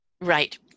right